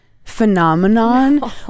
phenomenon